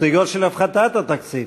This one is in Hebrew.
הסתייגויות של הפחתת התקציב,